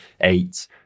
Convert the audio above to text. eight